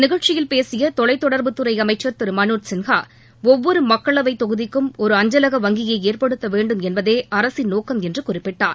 நிகழ்ச்சயில் பேசிய தொலைத்தொடர்பு துறை அமைச்சர் திரு மனோத்சின்ஹா ஒவ்வொரு மக்களவைத் தொகுதிக்கும் ஒரு அஞ்சலக வங்கியை ஏற்படுத்தவேண்டும் என்பதே அரசின் நோக்கம் என்று குறிப்பிட்டார்